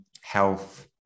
health